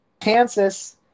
Kansas